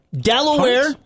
Delaware